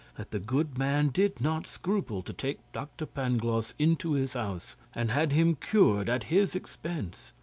that the good man did not scruple to take dr. pangloss into his house, and had him cured at his expense.